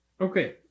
Okay